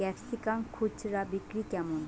Capsicum খুচরা বিক্রি কেমন?